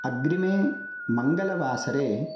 अग्रिमे मङ्गलवासरे